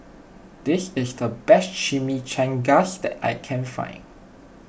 this is the best Chimichangas that I can find